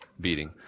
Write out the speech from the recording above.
beating